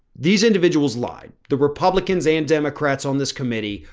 these individuals, like the republicans and democrats on this committee,